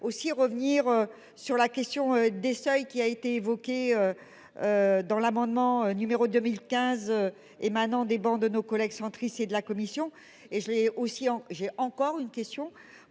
aussi revenir sur la question des seuils qui a été évoqué. Dans l'amendement numéro 2015. Émanant des bancs de nos collègues centristes et de la commission et je l'ai aussi en j'ai encore une question,